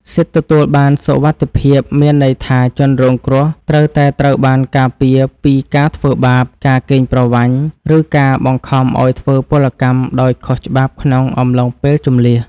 សិទ្ធិទទួលបានសុវត្ថិភាពមានន័យថាជនរងគ្រោះត្រូវតែត្រូវបានការពារពីការធ្វើបាប ការកេងប្រវ័ញ្ច ឬការបង្ខំឱ្យធ្វើពលកម្មដោយខុសច្បាប់ក្នុងអំឡុងពេលជម្លៀស។